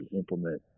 implement